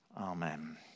Amen